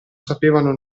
sapevano